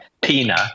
Pina